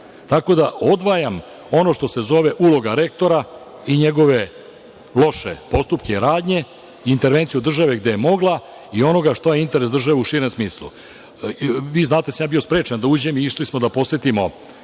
da odvajam ono što se zove uloga rektora i njegove loše postupke, radnje, intervenciju države gde je mogla i onoga šta je interes države u širem smislu. Vi znate da sam ja bio sprečen da uđem, a išli smo da posetimo